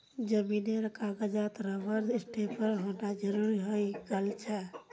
जमीनेर कागजातत रबर स्टैंपेर होना जरूरी हइ गेल छेक